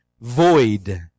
void